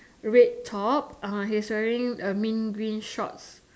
red top uh he's wearing a mint green shorts